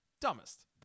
Dumbest